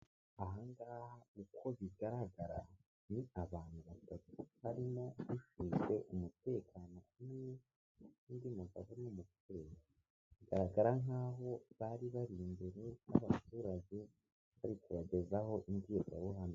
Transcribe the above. Ahangaha uko bigaragara ni abantu batatu harimo bifitezwe umutekano umwe n'undi mugabo numugore bigaragara nk'aho bari bari imbere y'abaturage bari kubagezaho imbwirwaruhame.